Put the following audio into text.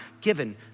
given